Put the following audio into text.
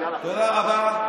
תודה רבה.